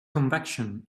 convection